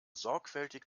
sorgfältig